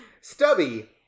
Stubby